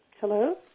Hello